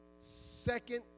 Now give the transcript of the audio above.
second